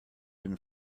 been